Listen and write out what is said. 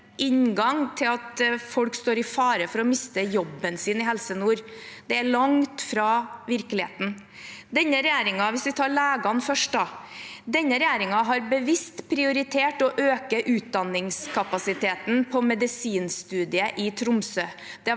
inngang til at folk står i fare for å miste jobben sin i Helse Nord. Det er langt fra virkeligheten. Hvis vi tar legene først, har denne regjeringen bevisst prioritert å øke utdanningskapasiteten på medisinstudiet i Tromsø.